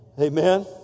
Amen